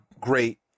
great